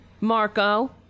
Marco